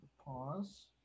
pause